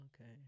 Okay